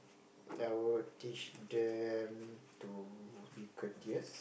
I would teach them to be courteous